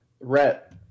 Rhett